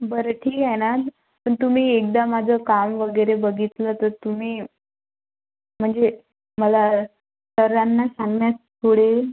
बरं ठीक आहे ना पण तुम्ही एकदा माझं काम वगैरे बघितलं तर तुम्ही म्हणजे मला सरांना सांगण्यात पुडेल